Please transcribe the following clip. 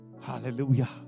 hallelujah